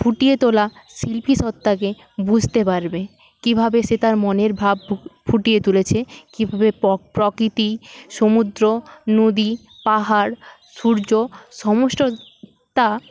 ফুটিয়ে তোলা শিল্পীসত্ত্বাকে বুঝতে পারবে কীভাবে সে তার মনের ভাব ফুটিয়ে তুলেছে কীভাবে প্রকৃতি সমুদ্র নদী পাহাড় সূর্য সমস্ত তা